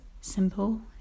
simple